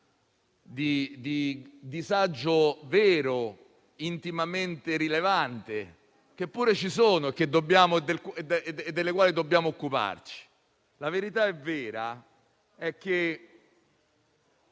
di disagio vero, intimamente rilevante, che pure ci sono e delle quali dobbiamo occuparci. La verità è che